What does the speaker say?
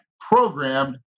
Programmed